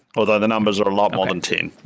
although the numbers are a lot more than ten